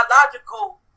biological